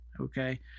Okay